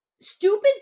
Stupid